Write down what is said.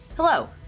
Hello